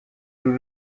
uru